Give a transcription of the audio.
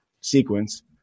sequence